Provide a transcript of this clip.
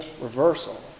reversal